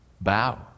bow